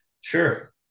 sure